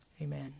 Amen